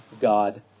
god